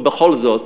ובכל זאת,